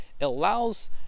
allows